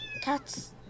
cats